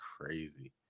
crazy